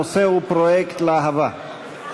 הנושא הוא: פרויקט להב"ה.